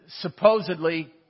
supposedly